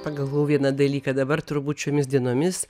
pagalvojau vieną dalyką dabar turbūt šiomis dienomis